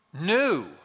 New